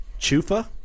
chufa